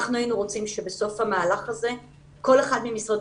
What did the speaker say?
אנחנו היינו רוצים שבסוף המהלך הזה כל אחד ממשרדי